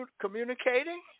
communicating